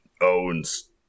owns